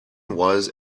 was